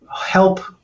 help